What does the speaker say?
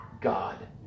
God